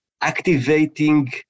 activating